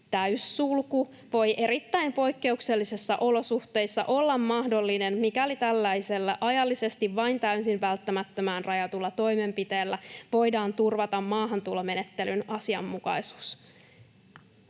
täyssulku voi erittäin poikkeuksellisissa olosuhteissa olla mahdollinen, mikäli tällaisella ajallisesti vain täysin välttämättömään rajatulla toimenpiteellä voidaan turvata maahantulomenettelyn asianmukaisuus.